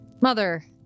mother